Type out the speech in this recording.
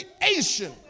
creation